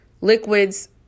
liquids